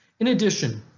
in addition,